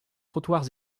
trottoirs